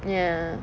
ya